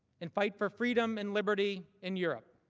and fight for freedom and liberty in europe.